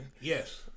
Yes